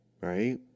Right